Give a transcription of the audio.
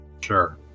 sure